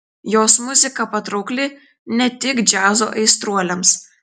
jos muzika patraukli ne tik džiazo aistruoliams